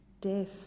death